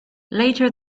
later